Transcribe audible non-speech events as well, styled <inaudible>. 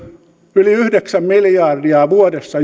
yli yhdeksän miljardia vuodessa <unintelligible>